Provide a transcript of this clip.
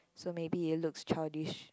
so maybe it looks childish